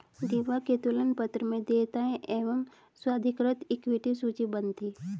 दिव्या के तुलन पत्र में देयताएं एवं स्वाधिकृत इक्विटी सूचीबद्ध थी